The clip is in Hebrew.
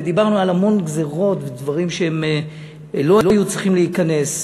ודיברנו על המון גזירות ודברים שלא היו צריכים להיכנס,